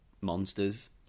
monsters